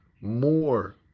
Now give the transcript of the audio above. more